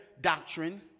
doctrine